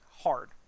hard